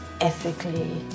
ethically